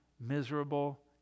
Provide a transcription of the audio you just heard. miserable